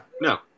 No